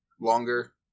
longer